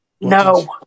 No